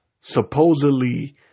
Supposedly